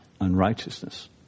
unrighteousness